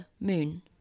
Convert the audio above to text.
Moon